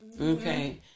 Okay